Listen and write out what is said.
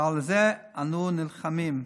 ועל זה אנו נלחמים.